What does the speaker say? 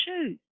shoes